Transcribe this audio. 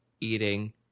eating